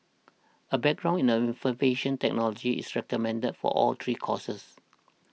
a background in a technology is recommended for all three courses